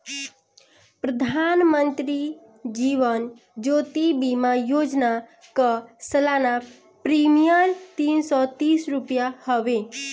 प्रधानमंत्री जीवन ज्योति बीमा योजना कअ सलाना प्रीमियर तीन सौ तीस रुपिया हवे